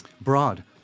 Broad